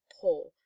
poor